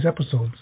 episodes